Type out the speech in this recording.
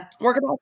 working